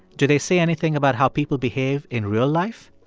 do they say anything about how people behave in real life?